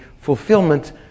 fulfillment